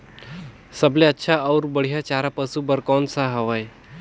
सबले अच्छा अउ बढ़िया चारा पशु बर कोन सा हवय?